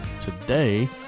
today